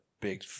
big